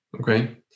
Okay